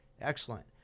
excellent